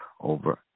over